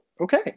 okay